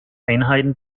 einheiten